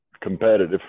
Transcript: Competitive